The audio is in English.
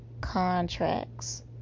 contracts